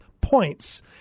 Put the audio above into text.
points